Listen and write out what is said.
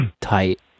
tight